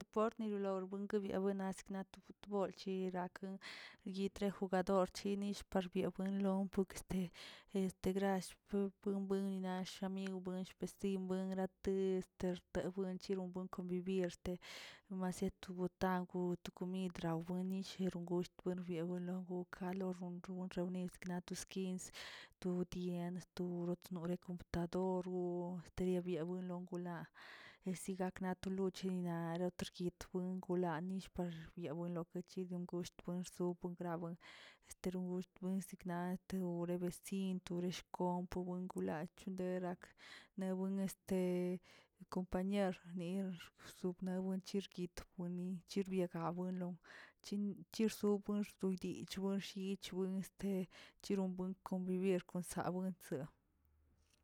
Por ni lo buenke loꞌ bueni snatoꞌ futboll chirakə yitre jugador chi nillꞌ para buen loo puke este este grall b- bue- buenina shami esten buen grate de xtero chiro buen konvivir este romasie tobotaw wa to komid rabuin nisheron gush terobian logu ka logunron reunid snato skin tu dien tu notro computador o biwilo wilaa e si gakna to luchen naꞌ rotrguin buin gulanill yawinlo kuchido gust wen rosop grawen, este ron wensikna tewre besin leshkomp wen klach tonderak newen este kompañer nirs suknaꞌ wen cherquit nir ni cherbiagawenin chin chirsibuy yich woo shyich won este chirobuen konvivir awenchzeꞌ.